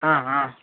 ஆஆ